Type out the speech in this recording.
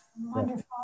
Wonderful